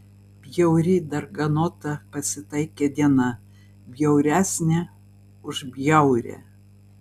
bjauri darganota pasitaikė diena bjauresnė už bjaurią